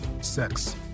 sex